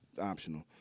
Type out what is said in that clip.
optional